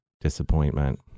disappointment